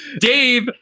Dave